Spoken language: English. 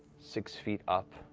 six feet up,